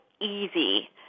easy